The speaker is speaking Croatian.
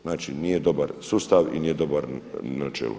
Znači, nije dobar sustav i nije dobro načelo.